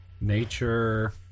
Nature